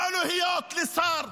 לא להיות שר,